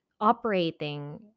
operating